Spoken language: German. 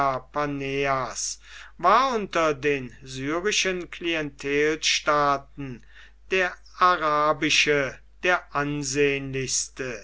war unter den syrischen klientelstaaten der arabische der ansehnlichste